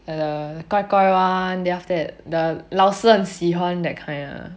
err like the 乖乖 one after that the 老师很喜欢 that kind lah